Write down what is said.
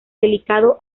delicado